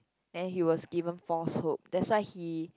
then he was given false hope that's why he